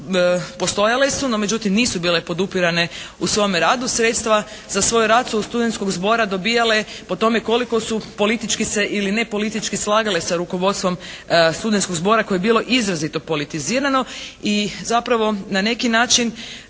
postojale su no međutim nisu bile podupirane u svome radu. Sredstva za svoj rad su od Studentskog zbora dobijale po tome koliko su politički se ili nepolitički slagale sa rukovodstvom Studentskog zbora koje je bilo izrazito politizirano i zapravo na neki način